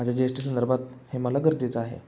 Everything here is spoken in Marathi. माझ्या जी एस्टीसंदर्भात हे मला गरजेचं आहे